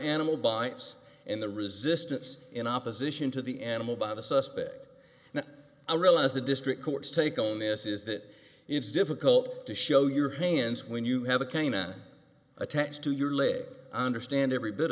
animal bites and the resistance in opposition to the animal bought a suspect now i realize the district court's take on this is that it's difficult to show your hands when you have a kaina attached to your leg understand every bit